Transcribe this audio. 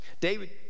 David